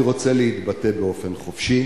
אני רוצה להתבטא באופן חופשי